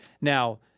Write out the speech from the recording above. Now